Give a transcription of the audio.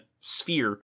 sphere